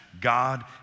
God